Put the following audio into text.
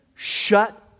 Shut